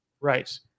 Right